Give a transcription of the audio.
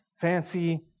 fancy